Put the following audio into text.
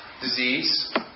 Disease